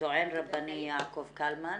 טוען רבני יעקב קלמן,